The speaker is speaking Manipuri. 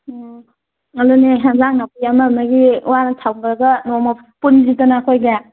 ꯎꯝ ꯑꯗꯨ ꯑꯦꯟꯁꯥꯡ ꯅꯥꯄꯤ ꯑꯃ ꯑꯃꯒꯤ ꯋꯥꯅ ꯊꯝꯈ꯭ꯔꯒ ꯑꯦ ꯅꯣꯡꯃ ꯄꯨꯟꯁꯤꯗꯅ ꯑꯩꯈꯣꯏꯗꯤ